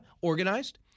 Organized